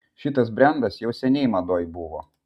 šitas brendas jau seniai madoj buvo